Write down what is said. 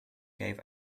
gave